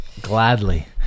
gladly